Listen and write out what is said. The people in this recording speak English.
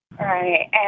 Right